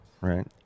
right